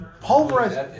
Pulverized